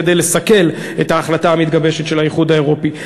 כדי לסכל את ההחלטה המתגבשת של האיחוד האירופי.